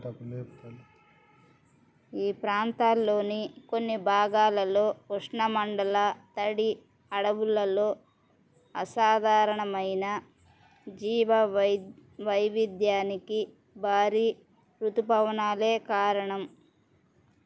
ఈ ప్రాంతాల్లోని కొన్నిభాగాలలో ఉష్ణమండల తడి అడవులలో అసాధారణమైన జీవ వై వైవిధ్యానికి భారీ ఋతుపవనాలే కారణం